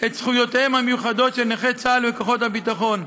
את זכויותיהם המיוחדות של נכי צה״ל וכוחות הביטחון.